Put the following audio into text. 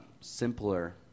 simpler